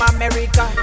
America